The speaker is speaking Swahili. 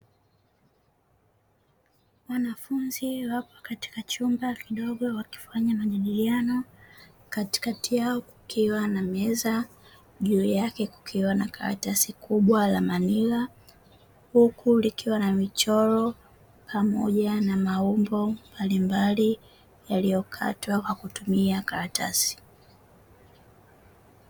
Wanafunzi wapo katika chumba kidogo wakifanya majadiliano. Katikati yao kukiwa na meza juu yake kukiwa na karatasi kubwa la manila, huku likiwa na michoro pamoja na maumbo mbalimbali yaliyokatwa kwa kutumia karatasi.